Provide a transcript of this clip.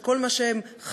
את כל מה שהם חיו,